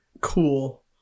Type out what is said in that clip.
Cool